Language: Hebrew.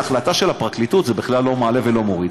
להחלטה של הפרקליטות זה בכלל לא מעלה ולא מוריד.